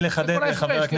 זה כל ההפרש,